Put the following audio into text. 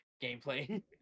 gameplay